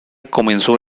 comenzó